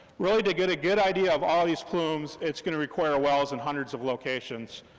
really, to get a good idea of all these plumes, it's going to require wells in hundreds of locations,